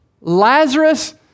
Lazarus